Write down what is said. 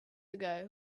ago